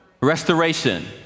Restoration